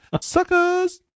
Suckers